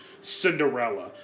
Cinderella